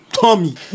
Tommy